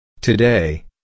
Today